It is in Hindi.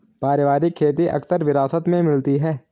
पारिवारिक खेती अक्सर विरासत में मिलती है